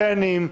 דיינים,